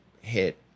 hit